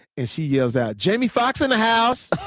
and she yells out, jamie foxx in the house!